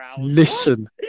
Listen